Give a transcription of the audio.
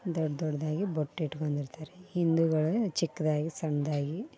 ದೊಡ್ಡ ದೊಡ್ಡದಾಗಿ ಬೊಟ್ಟು ಇಟ್ಕೊಂಡಿರ್ತಾರೆ ಹಿಂದುಗಳು ಚಿಕ್ಕದಾಗಿ ಸಣ್ಣದಾಗಿ